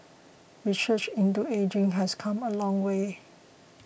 research into ageing has come a long way